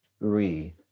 three